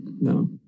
No